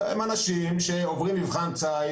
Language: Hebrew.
הם אנשים שעוברים מבחן ציד,